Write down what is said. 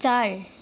चार